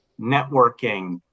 networking